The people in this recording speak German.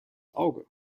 auge